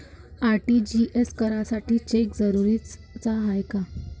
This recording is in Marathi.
आर.टी.जी.एस करासाठी चेक जरुरीचा हाय काय?